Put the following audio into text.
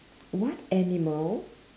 what animal